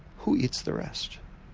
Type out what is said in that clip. who eats the rest?